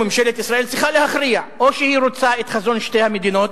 וממשלת ישראל צריכה להכריע: או שהיא רוצה את חזון שתי המדינות,